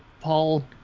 Paul